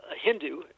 Hindu